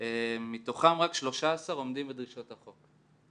מתוכם רק 13 עומדים בדרישות החוק.